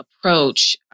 Approach